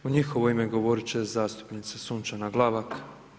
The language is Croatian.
U njihovo ime govorit će zastupnica Sunčana Glavak.